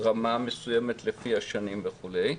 רמה מסוימת לפי השנים וכולי,